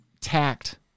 tact